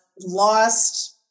lost